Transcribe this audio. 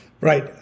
Right